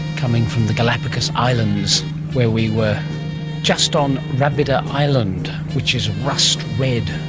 coming from the galapagos islands where we were just on rabida island, which is rust-red